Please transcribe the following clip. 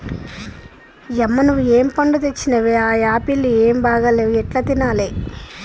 యమ్మ నువ్వు ఏం పండ్లు తెచ్చినవే ఆ యాపుళ్లు ఏం బాగా లేవు ఎట్లా తినాలే